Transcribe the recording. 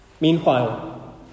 Meanwhile